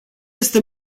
este